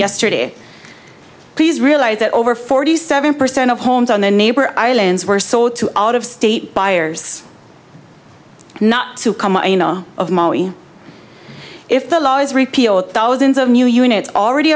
yesterday please realize that over forty seven percent of homes on the neighbor islands were sold to out of state buyers not to come out of maui if the law is repealed thousands of new units already